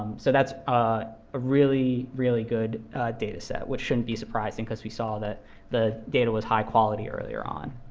so that's a ah really, really good data set which shouldn't be surprising, because we saw that the data was high-quality earlier on.